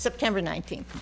september nineteenth